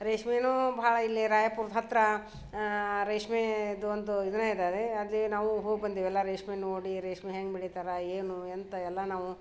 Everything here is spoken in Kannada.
ರೇಷ್ಮೆಯೂ ಬಹಳ ಇಲ್ಲಿ ರಾಯಪುರದ ಹತ್ತಿರ ರೇಷ್ಮೆದೊಂದು ಇದನ್ನ ಇದಾದೆ ಅಲ್ಲಿ ನಾವೂ ಹೋಗಿ ಬಂದೀವಿ ಎಲ್ಲ ರೇಷ್ಮೆ ನೋಡಿ ರೇಷ್ಮೆ ಹೆಂಗೆ ಬೆಳಿತಾರೆ ಏನು ಎಂತ ಎಲ್ಲ ನಾವು